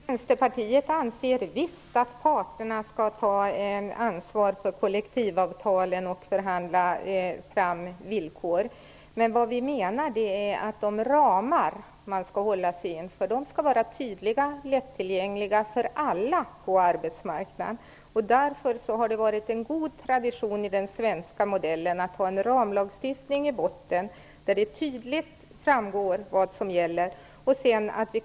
Fru talman! Vänsterpartiet anser visst att parterna skall ta ansvar för kollektivavtalen och förhandla fram villkor. Vad vi menar är att de ramar man skall hålla sig inom skall vara tydliga och lättillgängliga för alla på arbetsmarknaden. Därför har det varit en god tradition i den svenska modellen att ha en ramlagstiftning i botten där det tydligt framgår vad som gäller.